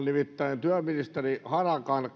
nimittäin työministeri harakan